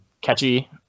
catchy